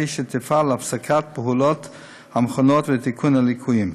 שתפעל להפסקת פעולת המכונות ולתיקון הליקויים.